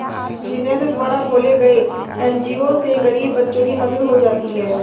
जितेंद्र द्वारा खोले गये एन.जी.ओ से गरीब बच्चों की मदद हो जाती है